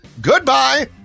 Goodbye